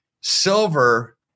silver